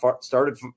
started